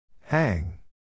Hang